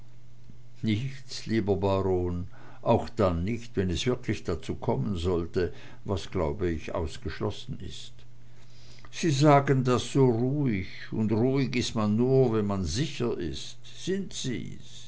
nichts lieber baron auch dann nicht wenn es wirklich dazu kommen sollte was glaub ich ausgeschlossen ist sie sagen das so ruhig und ruhig ist man nur wenn man sicher ist sind sie's